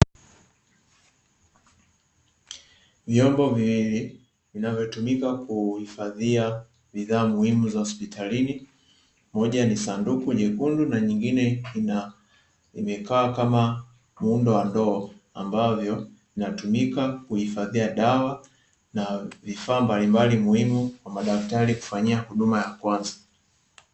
Vyombo viwili vinavyotumika kuhifadhia vifaa vya hospitali kuna sanduku jekundi linalotumika kuhifadhia vifaa vya huduma ya kwanza